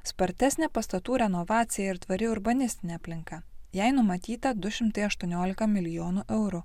spartesnė pastatų renovacija ir tvari urbanistinė aplinka jai numatyta du šimtai aštuoniolika milijonų eurų